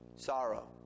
Sorrow